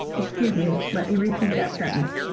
excuse me, let me repeat that sentence.